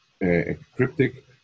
cryptic